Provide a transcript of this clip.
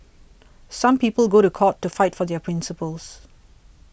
some people go to court to fight for their principles